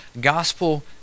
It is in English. gospel